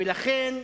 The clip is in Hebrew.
ולכן,